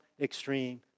extreme